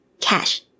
cash